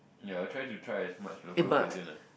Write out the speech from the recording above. ya I try to try as much local cuisine ah